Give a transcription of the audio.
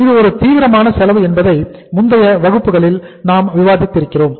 இது ஒரு தீவிரமான செலவு என்பதை முந்தைய வகுப்புகளில் நாம்விவாதித்திருக்கிறோம்